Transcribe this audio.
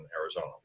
Arizona